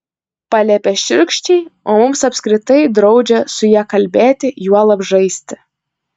paliepia šiurkščiai o mums apskritai draudžia su ja kalbėti juolab žaisti